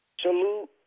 Salute